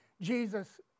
Jesus